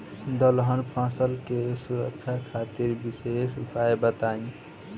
दलहन फसल के सुरक्षा खातिर विशेष उपाय बताई?